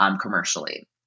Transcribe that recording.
commercially